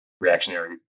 reactionary